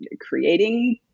creating